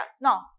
no